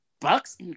Bucks